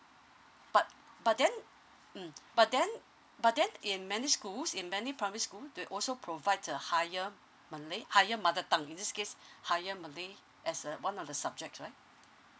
but but then mm but then but then in many schools in many primary school they also provides a higher malay higher mother tongue in this case higher malay as a one of the subject right